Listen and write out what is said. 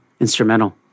Instrumental